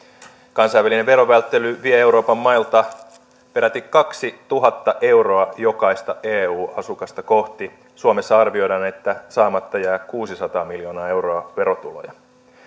kansainvälinen verovälttely vie euroopan mailta peräti kaksituhatta euroa jokaista eu asukasta kohti suomessa arvioidaan että saamatta jää kuusisataa miljoonaa euroa verotuloja